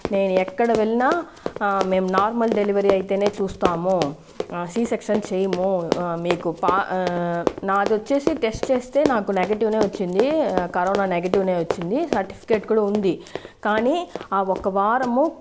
నేను ఎక్కడికి వెళ్ళినా మేము నార్మల్ డెలివరీ అయితేనే చూస్తాము సి సెక్షన్ చేయము మీకు పా నాదొచ్చేసి టెస్ట్ చేస్తే నాకు నెగిటివ్ అనే వచ్చింది కరోనా నెగిటివ్ అనే వచ్చింది సర్టిఫికెట్ కూడా ఉంది కానీ ఆ ఒక వారము